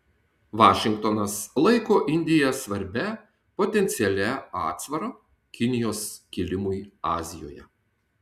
vašingtonas laiko indiją svarbia potencialia atsvara kinijos kilimui azijoje